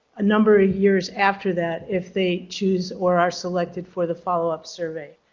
a number of years after that if they choose or are selected for the follow-up survey.